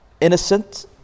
innocent